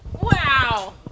Wow